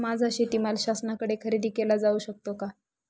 माझा शेतीमाल शासनाकडे खरेदी केला जाऊ शकतो का?